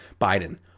Biden